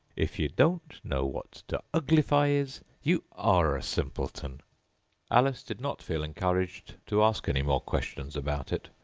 if you don't know what to uglify is, you are a simpleton alice did not feel encouraged to ask any more questions about it,